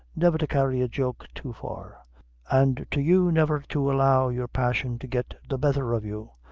never to carry a joke too far and to you, never to allow your passion to get the betther of you,